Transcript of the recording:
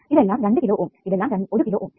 ഇതെല്ലാം രണ്ട് കിലോ ഓം ഇതെല്ലാം ഒരു കിലോ ഓം